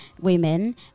women